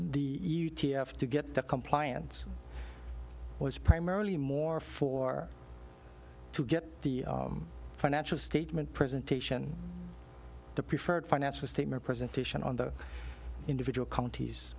the e t f to get the compliance was primarily more for to get the financial statement presentation the preferred financial statement presentation on the individual counties